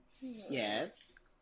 Yes